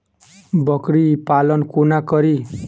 बकरी पालन कोना करि?